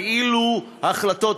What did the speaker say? כאילו ההחלטות,